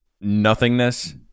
nothingness